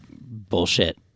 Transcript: bullshit